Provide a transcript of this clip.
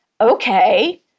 okay